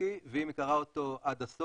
ששינסקי ואם היא קראה אותו עד הסוף,